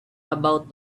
about